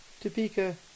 Topeka